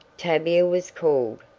tavia was called,